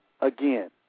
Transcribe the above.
Again